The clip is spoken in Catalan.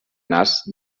nas